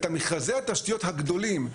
את מכרזי התשתיות הגדולים,